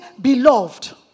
beloved